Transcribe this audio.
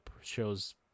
shows